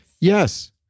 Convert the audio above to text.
Yes